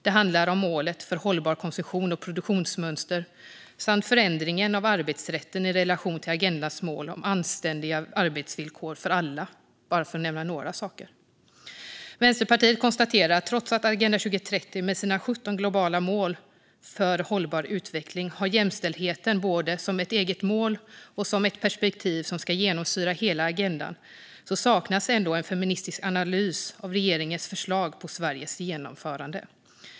Det handlar också om målet för hållbara konsumtions och produktionsmönster samt förändringen av arbetsrätten i relation till agendans mål om anständiga arbetsvillkor för alla, för att nämna några saker. Vänsterpartiet konstaterar att trots att Agenda 2030 med sina 17 globala mål för hållbar utveckling har jämställdhet både som ett eget mål och som ett perspektiv som ska genomsyra hela agendan saknas en feministisk analys av regeringens förslag på Sveriges genomförande.